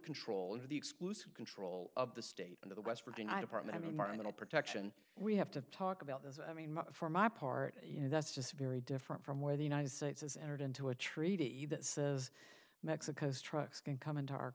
control of the exclusive control of the state and the west virginia department of environmental protection we have to talk about this i mean for my part you know that's just very different from where the united states entered into a treaty that says mexico's trucks can come into our